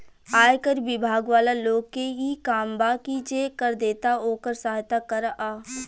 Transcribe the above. आयकर बिभाग वाला लोग के इ काम बा की जे कर देता ओकर सहायता करऽ